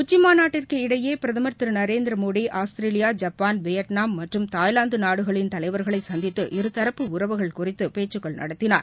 உச்சிமாநாட்டிற்கு இடையே பிரதமர் Thiru Narendra Modi Australia Japan Vietnam மற்றும் தாய்லாந்து நாடுகளின் தலைவர்களை சந்தித்து இருதரப்பு உறவுகள் குறித்து பேச்சுகள்நடத்தினார்